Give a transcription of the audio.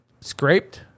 scraped